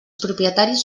propietaris